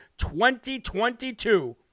2022